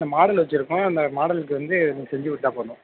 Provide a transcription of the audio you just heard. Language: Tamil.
இந்த மாடல் வச்சுருக்கோம் இந்த மாடலுக்கு வந்து நீங்கள் செஞ்சுக் கொடுத்தா போதும்